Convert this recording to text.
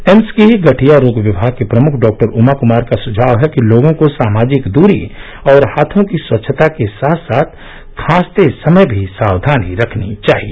AIIMS की ही गठिया रोग विभाग की प्रमुख डॉ उमा क्मार का सुझाव है कि लोगों को सामाजिक दूरी और हाथों की स्वच्छता के साथ साथ खांसते समय भी सावधानी रखनी चाहिए